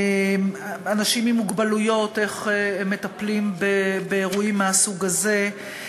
אנשים עם מוגבלות, איך מטפלים באירועים מהסוג הזה,